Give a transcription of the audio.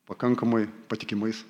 pakankamai patikimais